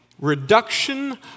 Reduction